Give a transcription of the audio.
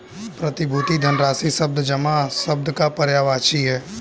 प्रतिभूति धनराशि शब्द जमा शब्द का पर्यायवाची है